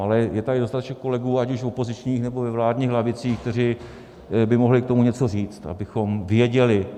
Ale je tady dostatečně kolegů ať už v opozičních, nebo ve vládních lavicích, kteří by mohli k tomu něco říct, abychom věděli.